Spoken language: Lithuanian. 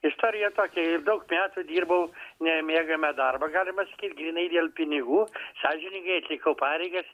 istorija tokia daug metų dirbau nemėgamą darbą galima sakyt grynai dėl pinigų sąžiningai atlikau pareigas